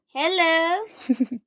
Hello